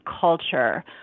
culture